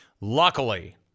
Luckily